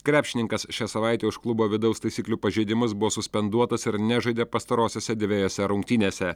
krepšininkas šią savaitę už klubo vidaus taisyklių pažeidimus buvo suspenduotas ir nežaidė pastarosiose dvejose rungtynėse